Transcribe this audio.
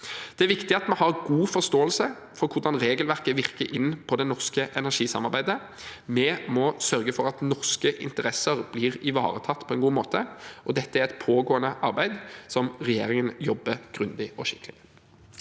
Det er viktig at vi har god forståelse for hvordan regelverket virker inn på det norske energisamarbeidet. Vi må sørge for at norske interesser blir ivaretatt på en god måte. Dette er et pågående arbeid, der regjeringen jobber grundig og skikkelig.